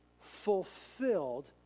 fulfilled